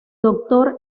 doctor